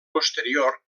posterior